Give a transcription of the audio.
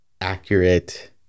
accurate